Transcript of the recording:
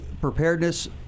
preparedness